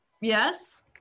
Yes